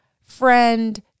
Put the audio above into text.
friend